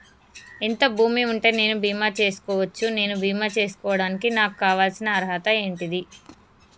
ఎంత భూమి ఉంటే నేను బీమా చేసుకోవచ్చు? నేను బీమా చేసుకోవడానికి నాకు కావాల్సిన అర్హత ఏంటిది?